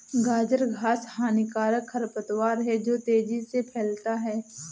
गाजर घास हानिकारक खरपतवार है जो तेजी से फैलता है